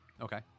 Okay